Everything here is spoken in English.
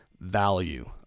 value